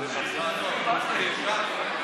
הם יכולים לכנס את ועדת הכנסת,